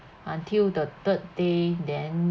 until the third day then